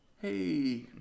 hey